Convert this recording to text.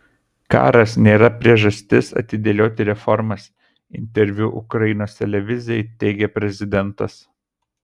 karas nėra priežastis atidėlioti reformas interviu ukrainos televizijai teigė prezidentas